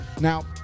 now